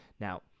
Now